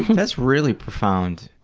that's really profound.